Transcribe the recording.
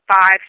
five